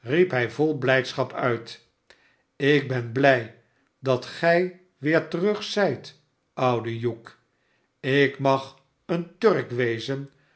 hij vol blijdschap uit ik ben blij dat gij weer terug zijt oude hugh ik mag een turk wezen